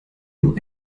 nur